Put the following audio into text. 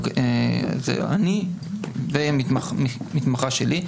אני ומתמחה שלי,